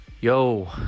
yo